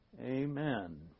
amen